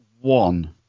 One